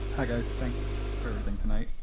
hi guys. thanks for everything tonight.